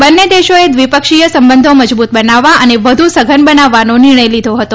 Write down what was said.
બંને દેશોચ્યે દ્વિપક્ષીય સંબંધો મજબૂત બનાવવા અને વધુ સઘન બનાવવાનો નિર્ણય લીધો હતો